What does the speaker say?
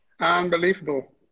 Unbelievable